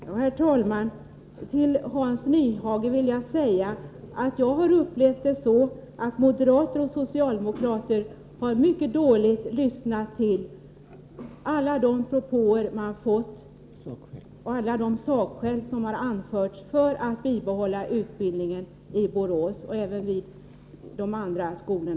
Herr talman! Till Hans Nyhage vill jag säga att jag har upplevt det så, att moderater och socialdemokrater mycket dåligt lyssnat till alla propåer som kommit och till alla sakskäl som anförts beträffande ett bibehållande av utbildningen i Borås. Det gäller även andra skolor.